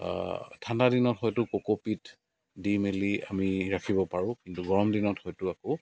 ঠাণ্ডা দিনত হয়তো ক'ক'পিট দি মেলি আমি ৰাখিব পাৰোঁ কিন্তু গৰম দিনত হয়তো আকৌ